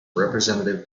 representative